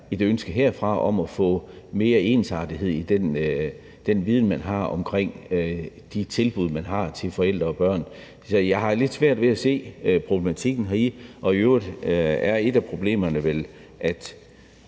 er et ønske herfra om at få mere ensartethed i den viden, man har omkring de tilbud, man har til forældre og børn. Jeg har lidt svært ved at se problematikken heri, og i øvrigt er et af problemerne vel, at